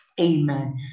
Amen